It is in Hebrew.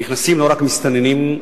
נכנסים לא רק מסתננים,